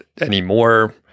anymore